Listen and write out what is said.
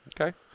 Okay